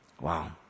Wow